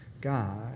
God